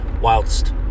whilst